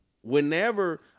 whenever